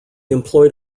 employed